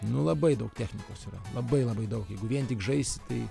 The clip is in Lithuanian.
nu labai daug technikos yra labai labai daug jeigu vien tik žaisi tai